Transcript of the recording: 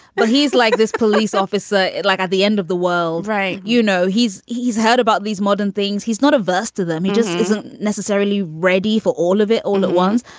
but he's like this police officer, like at the end of the world. right. you know, he's he's heard about these modern things. he's not a bus to them. he just isn't necessarily ready for all of it all at once.